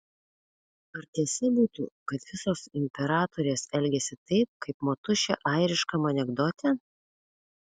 ar tiesa būtų kad visos imperatorės elgiasi taip kaip motušė airiškam anekdote